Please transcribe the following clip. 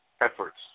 efforts